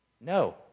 no